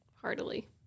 heartily